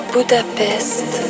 Budapest